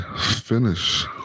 finish